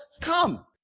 come